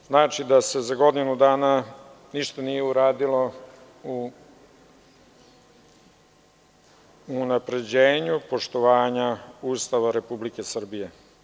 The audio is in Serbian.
To znači da se za godinu dana ništa nije uradilo u unapređenju poštovanja Ustava Republike Srbije.